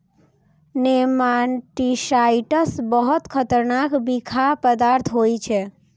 nematicides बहुत खतरनाक बिखाह पदार्थ होइ छै